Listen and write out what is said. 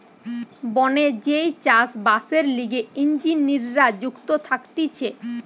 বনে যেই চাষ বাসের লিগে ইঞ্জিনীররা নিযুক্ত থাকতিছে